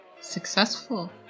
successful